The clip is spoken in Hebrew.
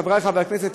חברי חברי הכנסת,